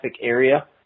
area